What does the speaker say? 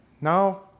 Now